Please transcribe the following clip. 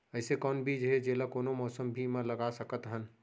अइसे कौन बीज हे, जेला कोनो मौसम भी मा लगा सकत हन?